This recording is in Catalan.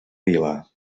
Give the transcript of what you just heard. vila